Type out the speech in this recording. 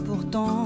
pourtant